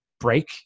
Break